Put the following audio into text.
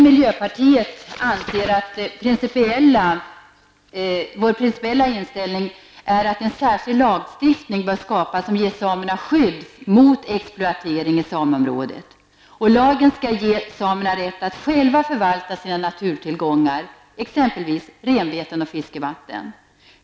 Miljöpartiets principiella inställning är att en särskild lagstiftning som ger samerna skydd mot exploatering i sameområdet bör skapas. Lagen skall ge samerna rätt att själva förvalta sina naturtillgångar t.ex. renbeten och fiskevatten.